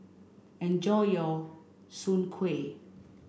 enjoy your soon Kway